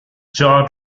jaw